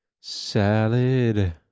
salad